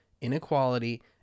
inequality